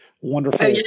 wonderful